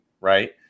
Right